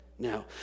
Now